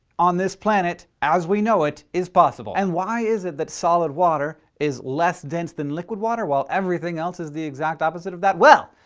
on this planet, as we know it, is possible. and why is it that solid water is less dense than liquid water while everything else is the exact opposite of that? well,